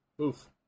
Oof